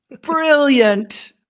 Brilliant